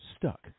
stuck